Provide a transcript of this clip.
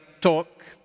talk